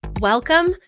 Welcome